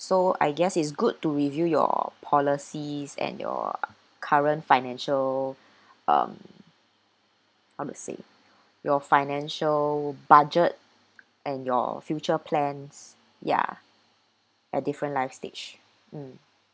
so I guess it's good to review your policies and your current financial um how to say your financial budget and your future plans ya at different life stage mm